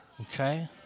Okay